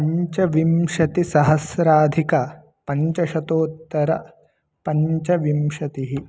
पञ्चविंशतिसहस्राधिकपञ्चशतोत्तरपञ्चविंशतिः